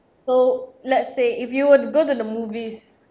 so let's say if you were to go to the movies